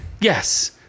Yes